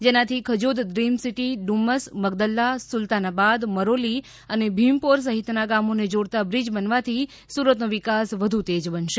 જેનાથી ખજોદ ડ્રીમસીટી ડુમસ મગદલ્લા સુલતાનાબાદ મરોલી અને ભીમપોર સહિતના ગામોને જોડતા બ્રિજ બનવાથી સૂરતનો વિકાસ વધુ તેજ બનશે